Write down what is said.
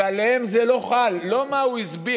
עליהם זה לא חל, לא מה שהוא הסביר.